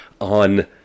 on